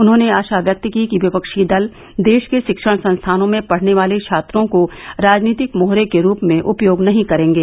उन्होंने आशा व्यक्त की कि विपक्षी दल देश के शिक्षण संस्थाओं में पढ़ने वाले छात्रों को राजनीतिक मोहरे के रूप में उपयोग नहीं करेंगे